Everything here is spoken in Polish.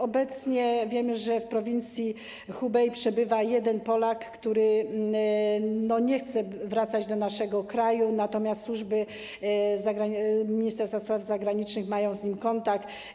Obecnie wiemy, że w prowincji Hubei przebywa jeden Polak, który nie chce wracać do naszego kraju, natomiast służby Ministerstwa Spraw Zagranicznych mają z nim kontakt.